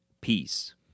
peace